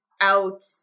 out